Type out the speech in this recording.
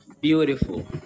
beautiful